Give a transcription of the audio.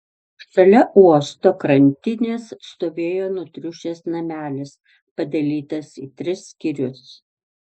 šalia uosto krantinės stovėjo nutriušęs namelis padalytas į tris skyrius